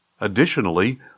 Additionally